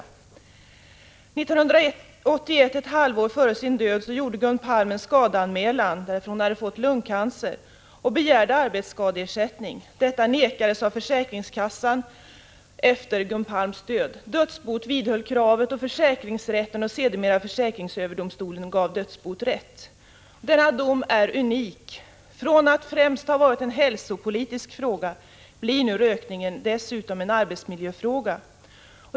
1981, ett halvår före sin död, gjorde Gun Palm en skadeanmälan därför att hon hade fått lungcancer och begärde arbetsskadeersättning. Försäkringskassan nekade att bifalla denna begäran efter Gun Palms död. Dödsboet vidhöll kravet, och försäkringsrätten och sedermera försäkringsöverdomstolen gav dödsboet rätt. Denna dom är unik. Från att ha varit främst en hälsopolitisk fråga blir nu rökningen dessutom en arbetsmiljöfråga.